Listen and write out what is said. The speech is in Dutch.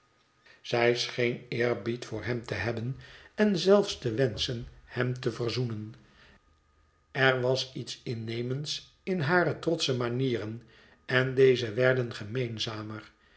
zij scheen eerbied voor hem te hebben en zelfs te wenschen hem te verzoenen er was iets zeer innemends in hare trotsche manieren en deze werden